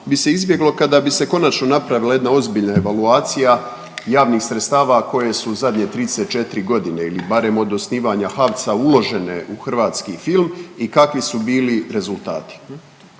bi se izbjeglo kada bi se konačno napravila jedna ozbiljna evaluacija javnih sredstava koje su zadnje 34 godine ili barem od osnivanja HAVC-a uložene u hrvatski film i kakvi su bili rezultati.